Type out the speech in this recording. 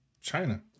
China